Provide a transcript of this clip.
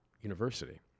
University